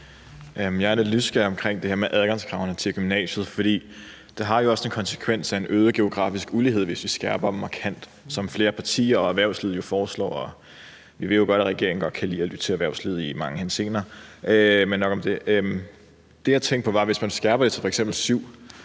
det her med adgangskravene til gymnasiet, for det har jo også den konsekvens med en øget geografisk ulighed, hvis vi skærper markant, som flere partier og erhvervslivet foreslår. Vi ved jo godt, at regeringen godt kan lide at lytte til erhvervslivet i mange henseender, men nok om det. Det, jeg tænkte på, var, at hvis man skærper det til f.eks. 7,